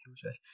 future